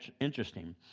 interesting